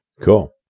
Cool